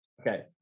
Okay